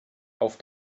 auf